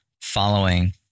following